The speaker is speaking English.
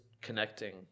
connecting